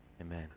Amen